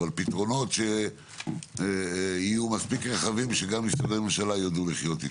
אבל פתרונות שיהיו מספיק רחבים שגם משרדי הממשלה ידעו לחיות איתם.